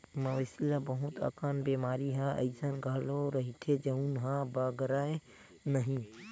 मवेशी ल बहुत अकन बेमारी ह अइसन घलो रहिथे जउन ह बगरय नहिं